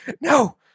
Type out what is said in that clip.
No